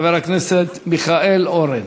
חבר הכנסת מיכאל אורן.